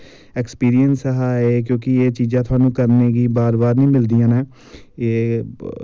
experience हा एह् क्योंकि एह् चीजां थुहानू करने गी बार बार नी मिलदियां नै एह्